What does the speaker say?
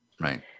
right